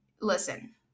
Listen